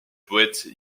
poète